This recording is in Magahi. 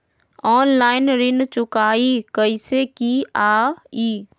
ऑनलाइन ऋण चुकाई कईसे की ञाई?